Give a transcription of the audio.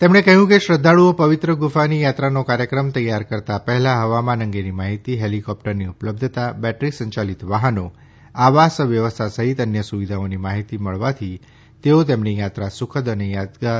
તેમણે કહ્યું કે શ્રદ્ધાળુઓ પવિત્ર ગુફાની યાત્રાનો કાર્યક્રમ તૈયાર કરતા પહેલા હવામાન અંગેની માહિતી હેલીકોપ્ટરની ઉપલબ્ધતા બેટરી સંચાલિત વાહનો આવાસ વ્યવસ્થા સહિત અન્ય સુવિધાઓની માહિતી મળવાથી તેઓ તેમની યાત્રા સુખદ અને યાદગાર બનાવી શકશે